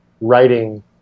writing